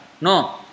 No